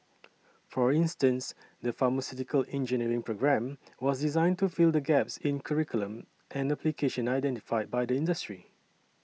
for instance the pharmaceutical engineering programme was designed to fill the gaps in curriculum and application identified by the industry